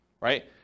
right